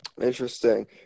Interesting